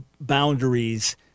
boundaries